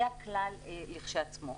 זה הכלל כשלעצמו.